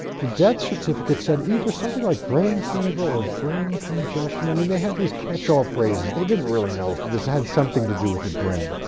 the death certificate said either something like brain fever or brain congestion, i mean they had these catch all phrases, they didn't really know, this had something to do with the brain,